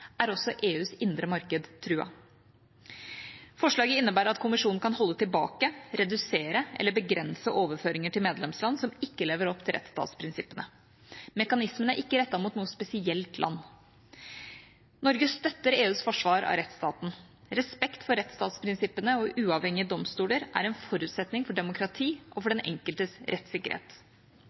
er også EUs indre marked truet. Forslaget innebærer at Kommisjonen kan holde tilbake, redusere eller begrense overføringer til medlemsland som ikke lever opp til rettsstatsprinsippene. Mekanismen er ikke rettet mot noe spesielt land. Norge støtter EUs forsvar av rettsstaten. Respekt for rettsstatsprinsippene og uavhengige domstoler er en forutsetning for demokrati og for den enkeltes rettssikkerhet.